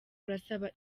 urasaba